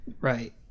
Right